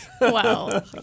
wow